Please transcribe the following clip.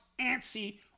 antsy